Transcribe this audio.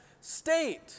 state